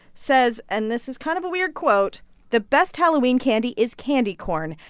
says and this is kind of a weird quote the best halloween candy is candy corn,